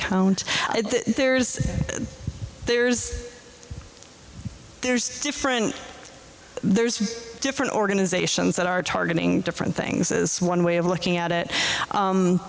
count there's there's there's different there's different organizations that are targeting different things is one way of looking at it